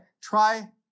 Try